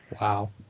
wow